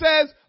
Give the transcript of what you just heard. says